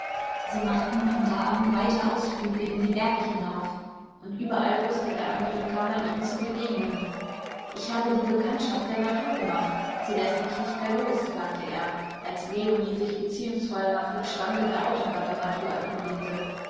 sie machten von da an weite ausflüge in die berge hinauf und überall wußte der amerikaner ihnen zu begegnen ich habe die bekanntschaft der natur gemacht sie läßt mich nicht mehr los sagte er als leonie sich beziehungsvoll nach dem stande der autoreparatur erkundigte